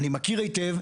אני מכיר היטב,